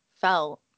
felt